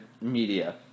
media